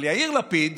אבל יאיר לפיד